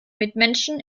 mitmenschen